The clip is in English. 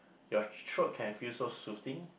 your throat can feel so soothing